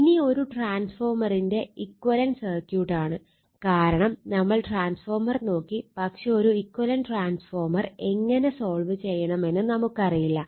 ഇനി ഒരു ട്രാൻസ്ഫോർമറിന്റെ ഇക്വലന്റ് സർക്യൂട്ട് ആണ് കാരണം നമ്മൾ ട്രാൻസ്ഫോർമർ നോക്കി പക്ഷെ ഒരു ഇക്വലന്റ് ട്രാൻസ്ഫോർമർ എങ്ങനെ സോൾവ് ചെയ്യണമെന്ന് നമുക്കറിയില്ല